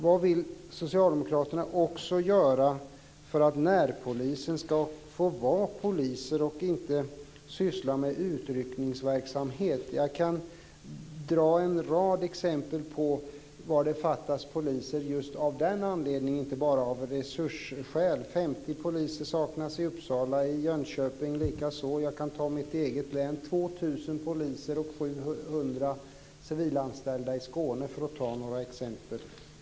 Vad vill socialdemokraterna göra för att närpoliser ska få vara poliser och inte syssla med utryckningsverksamhet? Jag kan dra en rad exempel på var det fattas poliser just av den anledningen; det handlar inte bara om resursskäl. 50 poliser saknas i Uppsala, likaså i Jönköping. Jag kan ta mitt eget län som exempel. Det handlar om 2 000 poliser och 700 civilanställda i Skåne. Det var några exempel.